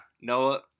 Noah